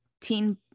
Teen